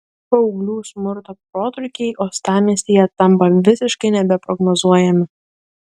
paauglių smurto protrūkiai uostamiestyje tampa visiškai nebeprognozuojami